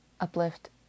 uplift